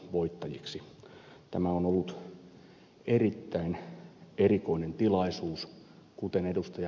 tämä on ollut erittäin erikoinen tilaisuus kuten ed